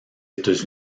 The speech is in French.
états